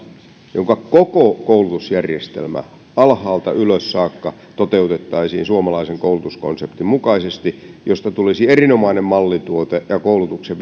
jonka koko koulutusjärjestelmä alhaalta ylös saakka toteutettaisiin suomalaisen koulutuskonseptin mukaisesti josta tulisi erinomainen mallituote ja koulutuksen